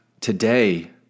today